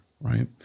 right